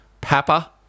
Papa